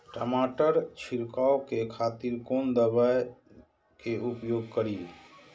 टमाटर छीरकाउ के खातिर कोन दवाई के उपयोग करी?